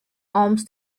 alms